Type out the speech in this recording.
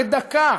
בדקה.